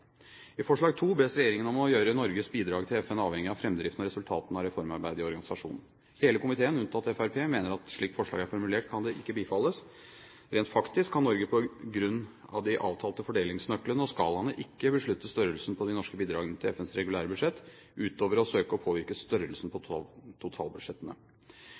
I. I forslag II bes «regjeringen om å gjøre Norges bidrag til FN avhengig av fremdriften og resultatene av reformarbeidet i organisasjonen». Hele komiteen unntatt medlemmene fra Fremskrittspartiet mener at slik forslaget er formulert, kan det ikke bifalles. Rent faktisk kan Norge på grunn av de avtalte fordelingsnøklene og skalaene ikke beslutte størrelsen på de norske bidragene til FNs regulære budsjett utover å søke å påvirke størrelsen på totalbudsjettene.